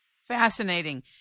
fascinating